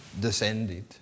descended